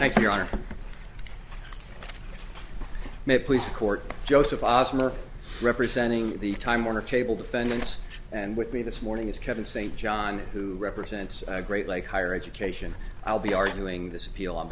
you your honor may i please court joseph ozment representing the time warner cable defendants and with me this morning is kevin st john who represents a great lake higher education i'll be arguing this appeal on